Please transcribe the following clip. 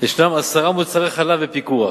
עשרה מוצרי חלב בפיקוח: